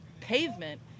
pavement